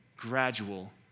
gradual